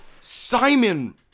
Simon